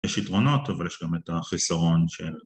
‫יש יתרונות, אבל יש גם את החיסרון של...